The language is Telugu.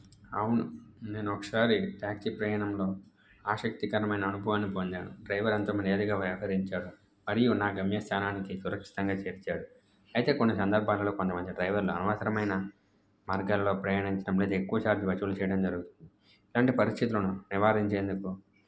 అవును నేను ఒకసారి ట్యాక్సీ ప్రయాణంలో ఆసక్తికరమైన అనుభవాన్ని పొందాను డ్రైవర్ ఎంతో మర్యాదగా వ్యవహరించాడు మరియు నా గమ్య స్థానానికి సురక్షితంగా చేర్చాడు అయితే కొన్ని సందర్భాలలో కొంతమంది డ్రైవర్లు అనవసరమైన మార్గాల్లో ప్రయాణించడం లేదా ఎక్కువ ఛార్జ్ వసూలు చేయడం జరుగుతుంది ఇలాంటి పరిస్థితులను నివారించేందుకు